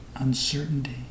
Uncertainty